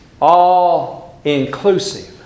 all-inclusive